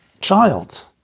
child